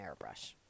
airbrush